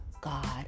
God